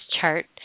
chart